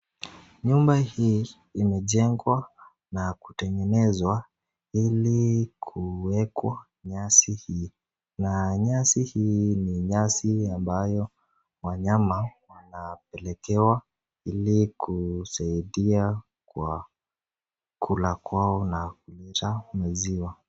Nyumba hii imejengwa na kutengenezwa ili kuwekwa nyasi hii. Na nyasi hii ni nyasi ambayo wanyama hupelekwa ili kusaidia kwa kula kwao na kuleta maziwa.